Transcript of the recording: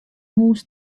hús